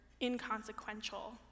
inconsequential